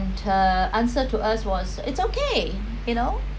her to answer to us was it's okay you know